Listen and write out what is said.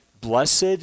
blessed